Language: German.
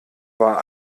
war